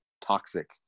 toxic